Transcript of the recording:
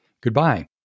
Goodbye